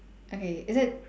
okay is it